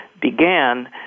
began